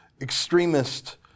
extremist